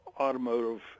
automotive